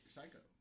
Psycho